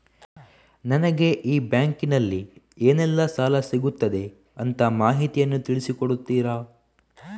ನನಗೆ ಈ ಬ್ಯಾಂಕಿನಲ್ಲಿ ಏನೆಲ್ಲಾ ಸಾಲ ಸಿಗುತ್ತದೆ ಅಂತ ಮಾಹಿತಿಯನ್ನು ತಿಳಿಸಿ ಕೊಡುತ್ತೀರಾ?